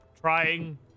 trying